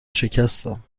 شکستم